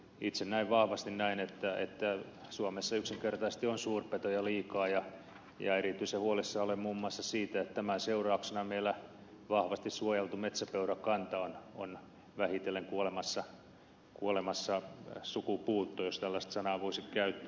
itse näen vahvasti näin että suomessa yksinkertaisesti on suurpetoja liikaa ja erityisen huolissani olen muun muassa siitä että tämän seurauksena meillä vahvasti suojeltu metsäpeurakanta on vähitellen kuolemassa sukupuuttoon jos tällaista sanaa voisi käyttää